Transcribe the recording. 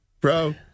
Bro